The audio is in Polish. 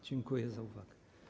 Dziękuję za uwagę.